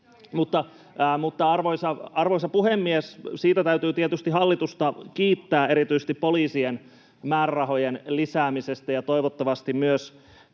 Arvoisa puhemies! Hallitusta täytyy tietysti kiittää erityisesti poliisien määrärahojen lisäämisestä, ja toivottavasti myös